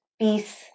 peace